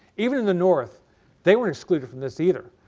even in the north they weren't excluded from this either.